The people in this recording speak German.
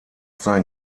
sein